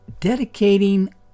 dedicating